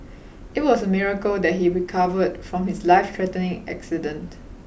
it was a miracle that he recovered from his life threatening accident